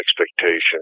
expectations